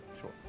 Sure